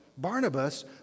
Barnabas